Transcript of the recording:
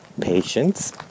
patience